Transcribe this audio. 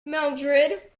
mildrid